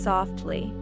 Softly